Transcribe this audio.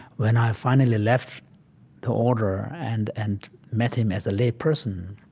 when i finally left the order and and met him as a layperson,